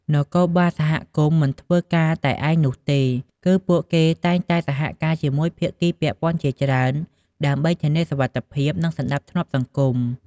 នគរបាលសហគមន៍ មិនធ្វើការតែឯងនោះទេ គឺពួកគេតែងតែសហការជាមួយភាគីពាក់ព័ន្ធជាច្រើន ដើម្បីធានាសុវត្ថិភាព និងសណ្ដាប់ធ្នាប់សង្គម។